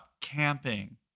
camping